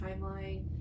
timeline